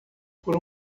por